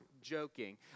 joking